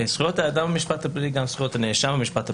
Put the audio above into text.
האדם במשפט הפלילי, גם זכויות הנאשם במשפט הפלילי.